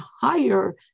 higher